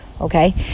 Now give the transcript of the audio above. okay